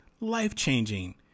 life-changing